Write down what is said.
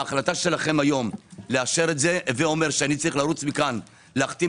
החלטתכם היום לאשר את זה הווה אומר שאני צריך לרוץ מכאן להחתים